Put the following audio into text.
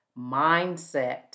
mindset